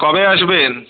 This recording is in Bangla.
কবে আসবেন